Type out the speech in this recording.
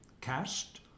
cast